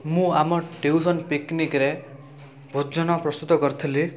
ମୁଁ ଆମ ଟିଉସନ୍ ପିକନିକ୍ରେ ଭୋଜନ ପ୍ରସ୍ତୁତ କରିଥିଲି